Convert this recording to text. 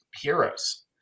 heroes